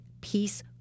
peace